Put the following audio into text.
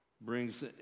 brings